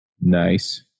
Nice